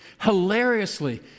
Hilariously